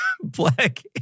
Black